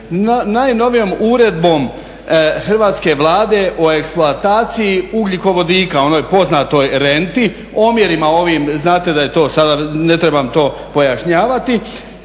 najnovijom uredbom Hrvatske Vlade o eksploataciji ugljikovodika, onoj poznatoj renti, omjerima ovim znate da je to sada, ne trebamo to pojašnjavati,